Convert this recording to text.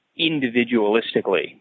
individualistically